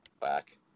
back